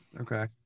okay